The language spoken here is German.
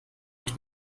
und